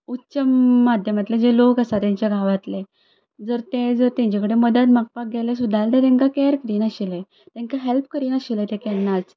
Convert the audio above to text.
उच्च माध्यमांतले जे लोक आसा तेंच्या गांवांतले जर ते जर तेंचे कडेन मदत मागपा गेले सुद्दां जाल्यार ते तेंकां कॅर दिनाशिल्ले तेंकां हेल्प करिनाशिल्ले ते केन्नाच